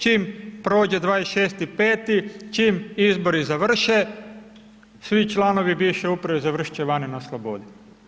Čim prođe 26.5., čim izbori završe, svi članovi bivše Uprave završit će vani na slobodi.